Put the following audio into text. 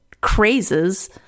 crazes